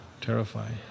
terrifying